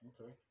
Okay